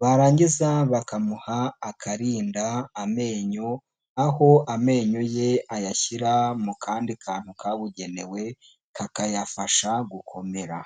barangiza bakamuha akarinda amenyo, aho amenyo ye ayashyira mu kandi kantu kabugenewe, kakayafasha gukomera.